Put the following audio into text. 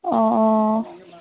অঁ অঁ